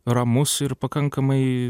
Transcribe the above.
ramus ir pakankamai